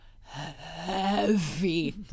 heavy